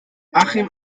achim